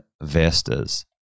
Investors